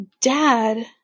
Dad